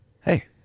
Hey